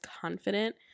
confident